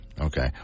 Okay